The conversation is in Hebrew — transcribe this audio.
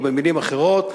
או במלים אחרות,